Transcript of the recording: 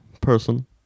person